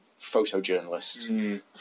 photojournalist